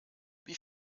wie